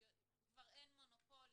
כבר אין מונופול,